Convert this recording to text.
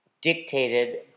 dictated